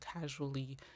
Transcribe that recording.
casually